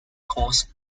course